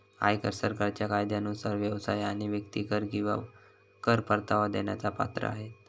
आयकर सरकारच्या कायद्यानुसार व्यवसाय आणि व्यक्ती कर किंवा कर परतावा देण्यास पात्र आहेत